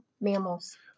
mammals